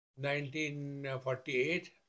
1948